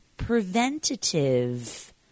preventative